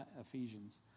Ephesians